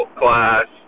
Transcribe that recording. class